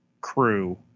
crew